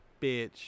bitch